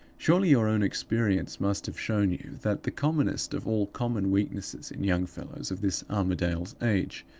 surely, your own experience must have shown you that the commonest of all common weaknesses, in young fellows of this armadale's age,